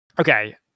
Okay